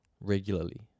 regularly